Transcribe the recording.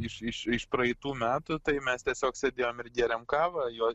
iš iš iš praeitų metų tai mes tiesiog sėdėjom ir gėrėm kavą jo